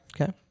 Okay